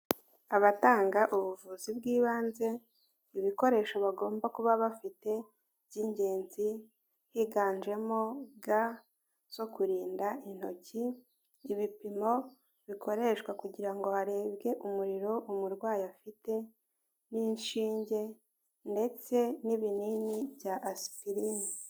Abatanga ubuvuzi bw'ibanze ibikoresho bagomba kuba bafite by'ingenzi higanjemo ga zo kurinda intoki, ibipimo bikoreshwa kugira ngo harebwe umuriro umurwayi afite, n'inshinge ndetse n'ibinini bya asipirini.